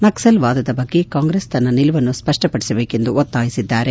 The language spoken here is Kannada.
ನಕ್ಲಲ್ ವಾದದ ಬಗ್ಗೆ ಕಾಂಗ್ರೆಸ್ ತನ್ನ ನಿಲುವನ್ನು ಸ್ಪಷ್ಪಡಿಸಬೇಕೆಂದು ಒತ್ತಾಯಿಸಿದ್ದಾರೆ